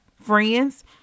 friends